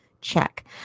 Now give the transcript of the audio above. Check